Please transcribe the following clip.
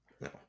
No